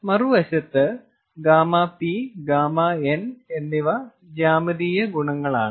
മറുവശത്ത് 𝛾P 𝛾N എന്നിവ ജ്യാമിതീയ ഗുണങ്ങളാണ്